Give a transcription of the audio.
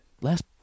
Last